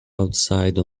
outside